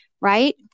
right